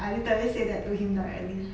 I literally said that to him directly